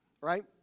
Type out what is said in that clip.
right